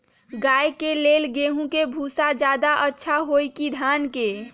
गाय के ले गेंहू के भूसा ज्यादा अच्छा होई की धान के?